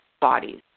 bodies